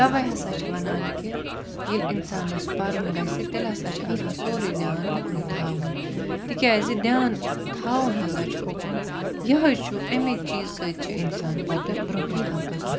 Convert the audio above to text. تَوے ہَسا چھِ وَنان کہِ ییٚلہِ اِنسانَس پَرُن گَژھِ تیٚلہِ ہَسا چھُ آسان سوروٚے دیان اُکنُے تھاوُن تکیاز دیان تھاوُن ہَسا چھُ اُکُن یِہے چھُ امے چیٖز سۭتۍ اِنسان پَتہٕ برونٛہہ ہیٚکان پٔکِتھ